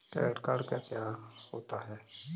Credit card क्या होता है?